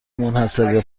منحصربه